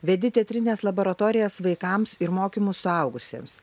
vedi teatrines laboratorijas vaikams ir mokymus suaugusiems